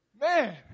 Man